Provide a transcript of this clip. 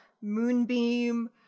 Moonbeam